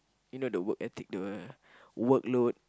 you know the work ethic the workload